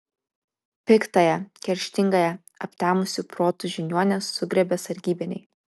piktąją kerštingąją aptemusiu protu žiniuonę sugriebė sargybiniai